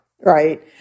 right